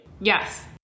yes